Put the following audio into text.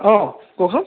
অঁ কওকচোন